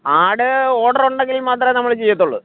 ആട് ഓട്റ് ഉണ്ടെങ്കിൽ മാത്രമേ നമ്മൾ ചെയ്യത്തുള്ളൂ